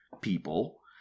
people